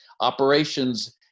operations